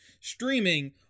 streaming